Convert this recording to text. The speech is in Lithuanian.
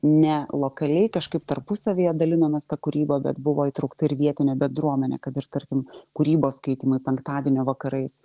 ne lokaliai kažkaip tarpusavyje dalinomės kūryba bet buvo įtraukta ir vietinė bendruomenė kad ir tarkim kūrybos skaitymai penktadienio vakarais